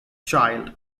child